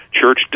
Church